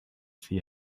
see